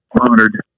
honored